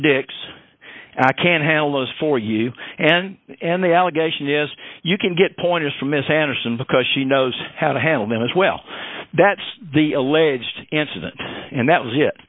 dicks i can handle those for you and and the allegation is you can get pointers from miss anderson because she knows how to handle minutes well that's the alleged incident and that was it